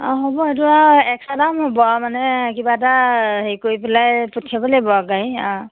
অ হ'ব সেইটো আৰু এক্সট্ৰা দাম হ'ব আৰু মানে কিবা এটা হেৰি কৰি পেলাই পঠিয়াব লাগিব আৰু গাড়ী